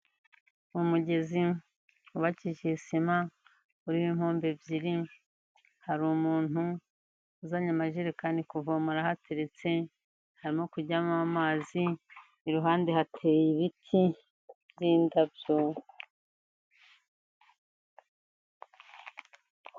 Umugezi wubakishije sima, uriho impombo ebyiri, hari umuntu uzanye amajerekani kuvomara, arahateretse harimo kujyamo amazi, iruhande hateye ibiti by'indabyo.